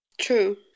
true